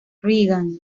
reagan